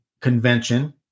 Convention